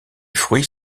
fruits